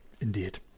Indeed